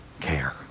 care